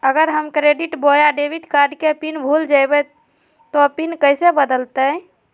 अगर हम क्रेडिट बोया डेबिट कॉर्ड के पिन भूल जइबे तो पिन कैसे बदलते?